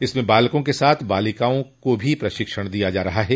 इसमें बालकों के साथ बालिकाओं को भी प्रशिक्षण दिया जा रहा है